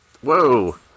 Whoa